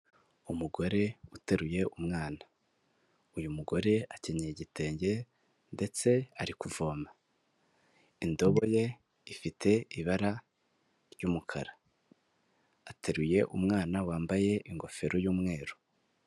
Umugore uteruye umwana. Uyu mugore akenyeye igitenge, ndetse ari kuvoma. Indobo ye ifite ibara ry'umukara. Ateruye umwana wambaye ingofero y'umweru.